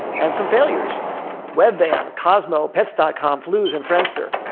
and some failures webvan, kozmo, pets dot com flooz and friendster.